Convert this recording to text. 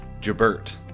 Jabert